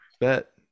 Bet